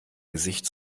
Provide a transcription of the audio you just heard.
gesicht